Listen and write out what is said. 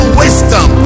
wisdom